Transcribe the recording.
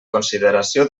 consideració